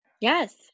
Yes